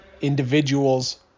individuals